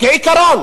כעיקרון